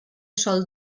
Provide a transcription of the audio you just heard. sol